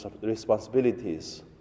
responsibilities